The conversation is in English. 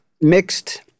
mixed